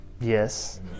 Yes